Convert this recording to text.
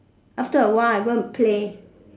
after awhile I go and play